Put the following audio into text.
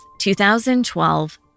2012